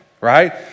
right